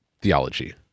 theology